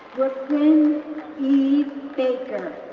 brooklynne eve baker,